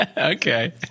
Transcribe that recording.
Okay